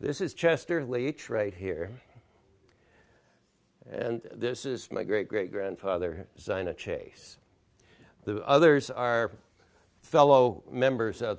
this is chester later right here and this is my great great grandfather zinah chase the others are fellow members of